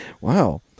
Wow